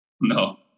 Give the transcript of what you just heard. no